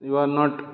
you are not